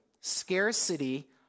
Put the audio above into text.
scarcity